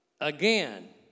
again